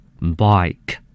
bike